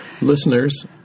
Listeners